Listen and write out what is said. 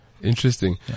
Interesting